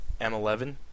M11